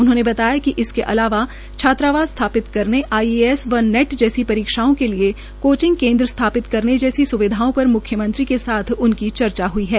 उन्होंने बताया कि इसके अलावा छात्रावास स्थापित करने आईएएस व नेट जैसी परीक्षाओं के लिए कोचिंग केन्द्र स्थापित करने जैसी सुविधाओं पर मुख्यमंत्री के साथ उनकी चर्चा हई है